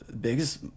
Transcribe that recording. biggest